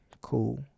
Cool